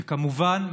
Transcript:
וכמובן,